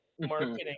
marketing